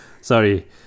Sorry